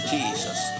Jesus